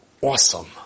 awesome